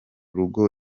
rugo